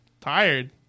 Tired